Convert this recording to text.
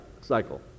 cycle